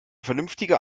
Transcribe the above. vernünftiger